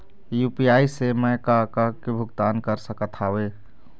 UPI से मैं का का के भुगतान कर सकत हावे?